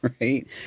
right